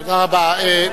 תודה רבה.